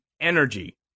energy